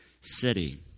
city